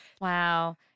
wow